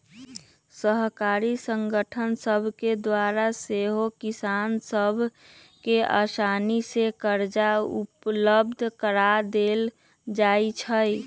सहकारी संगठन सभके द्वारा सेहो किसान सभ के असानी से करजा उपलब्ध करा देल जाइ छइ